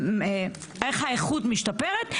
איך האיכות משתפרת,